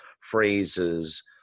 phrases